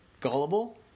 Gullible